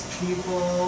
people